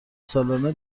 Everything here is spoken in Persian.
سالانه